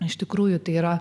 iš tikrųjų tai yra